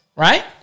right